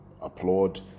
applaud